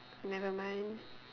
never mind